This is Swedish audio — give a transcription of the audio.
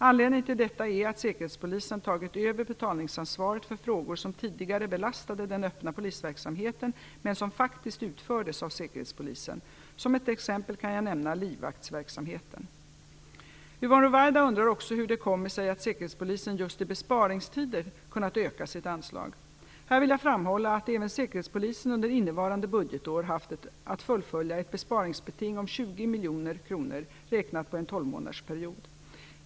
Anledningen till detta är att säkerhetspolisen tagit över betalningsansvaret för frågor som tidigare belastade den öppna polisverksamheten men som faktiskt utfördes av säkerhetspolisen - som ett exempel kan jag nämna livvaktsverksamheten. Yvonne Ruwaida undrar också hur det kommer sig att säkerhetspolisen just i besparingstider kunnat öka sitt anslag. Här vill jag framhålla att även säkerhetspolisen under innevarande budgetår haft att fullfölja ett besparingsbeting om 20 miljoner kronor, räknat på en tolvmånadersperiod.